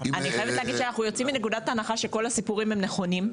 אני חייבת לומר שאנחנו יוצאים מנקדת הנחה שכל הסיפורים הם נכונים.